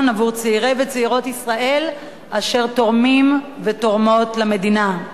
עבור צעירי וצעירות ישראל אשר תורמים ותורמות למדינה.